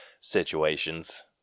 situations